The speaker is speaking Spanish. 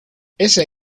ese